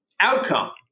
outcome